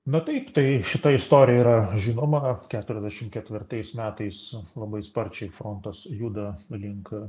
na taip tai šita istorija yra žinoma keturiasdešim ketvirtais metais labai sparčiai frontas juda link